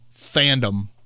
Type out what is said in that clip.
fandom